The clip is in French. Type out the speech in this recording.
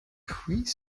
puits